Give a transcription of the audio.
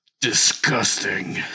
Disgusting